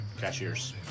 cashiers